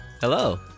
Hello